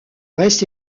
reste